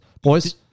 Boys